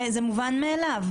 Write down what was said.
זה מובן מאליו.